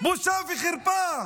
בושה וחרפה.